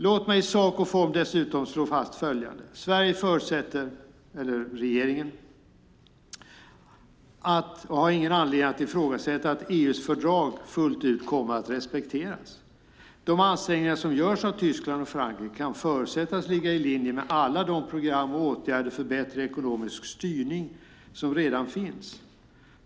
Låt mig i sak och form dessutom slå fast följande: Sverige, eller regeringen, förutsätter och har ingen anledning att ifrågasätta att EU:s fördrag fullt ut kommer att respekteras. De ansträngningar som görs av Tyskland och Frankrike kan förutsättas ligga i linje med alla de program och åtgärder för bättre ekonomisk styrning som redan finns.